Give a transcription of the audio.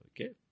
Okay